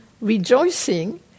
rejoicing